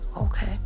okay